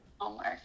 homework